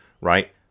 right